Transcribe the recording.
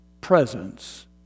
presence